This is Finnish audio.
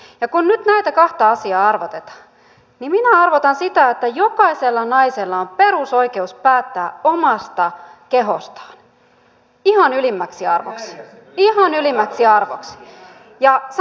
ja kun nyt näitä kahta asiaa arvotetaan niin minä arvotan sen että jokaisella naisella on perusoikeus päättää omasta kehostaan ihan ylimmäksi arvoksi ihan ylimmäksi arvoksi